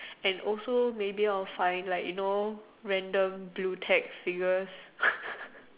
and also maybe I'll find like you know random blue tags figures